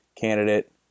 candidate